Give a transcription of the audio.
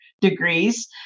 degrees